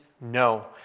no